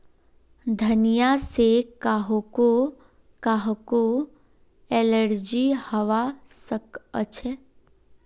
धनिया से काहको काहको एलर्जी हावा सकअछे